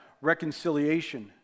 reconciliation